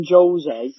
Jose